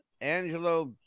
Angelo